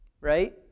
right